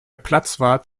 platzwart